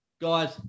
guys